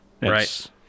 Right